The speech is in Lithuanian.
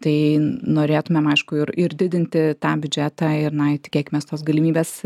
tai norėtumėm aišku ir ir didinti tą biudžetą ir na ir tikėkimės tos galimybės